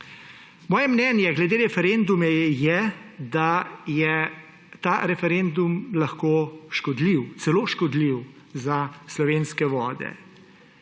Moje mnenje glede referenduma je, da je ta referendum lahko škodljiv, celo škodljiv za slovenske vode.